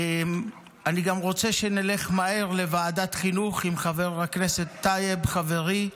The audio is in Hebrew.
אני גם רוצה שנלך מהר לוועדת חינוך עם חבר הכנסת טייב חברי,